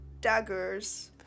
Daggers